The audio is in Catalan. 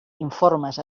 informes